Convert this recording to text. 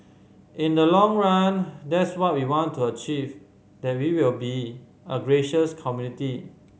in the long run that's what we want to achieve that we will be a gracious community